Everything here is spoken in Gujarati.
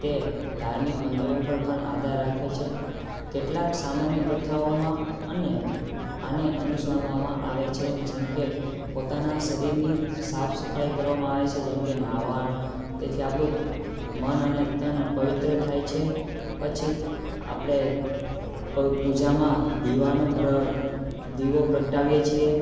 તે ધાર્મિક મંતવ્યો પર પણ આધાર રાખે છે કેટલાક સામાન્ય પ્રથાઓમાં અને આને અનુસરવામાં આવે છે જેમ કે પોતાના સરીરની સાફ સફાઈ કરવામાં આવે છે જેમ કે નાવાનું તેથી આપણું મન અને તન પવિત્ર થાય છે પછી આપણે કોઈ પૂજામાં દીવાનું દીવો પ્રગટાવીએ છીએ